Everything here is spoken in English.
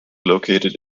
located